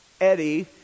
Eddie